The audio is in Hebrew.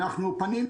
כן, אנחנו פנינו.